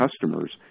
customers